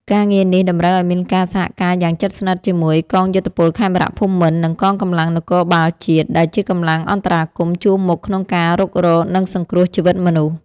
ការងារនេះតម្រូវឱ្យមានការសហការយ៉ាងជិតស្និទ្ធជាមួយកងយោធពលខេមរភូមិន្ទ និងកងកម្លាំងនគរបាលជាតិ ដែលជាកម្លាំងអន្តរាគមន៍ជួរមុខក្នុងការរុករក និងសង្គ្រោះជីវិតមនុស្ស។